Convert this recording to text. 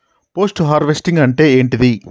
Post harvesting అంటే ఏంటిది?